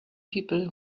people